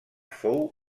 fou